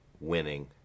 winning